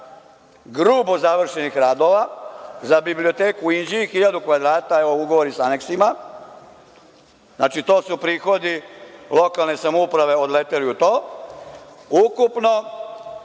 grubo završenih radova za biblioteku u Inđiji, 1.000 kvadrata, evo ugovori sa aneksima. To su prihodi lokalne samouprave odleteli u to, ukupno